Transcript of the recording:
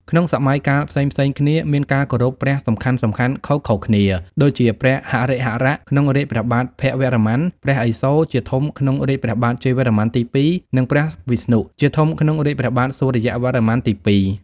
ក្នុងសម័យកាលផ្សេងៗគ្នា មានការគោរពព្រះសំខាន់ៗខុសៗគ្នា ដូចជា ព្រះហរិហរៈ ក្នុងរាជ្យព្រះបាទភវរ្ម័ន, ព្រះឥសូរ ជាធំក្នុងរាជ្យព្រះបាទជ័យវរ្ម័នទី២ និង ព្រះវិស្ណុ ជាធំក្នុងរាជ្យព្រះបាទសូរ្យវរ្ម័នទី២។